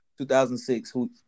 2006